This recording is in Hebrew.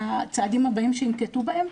הצעדים הבאים שינקטו בהם,